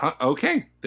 Okay